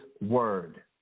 word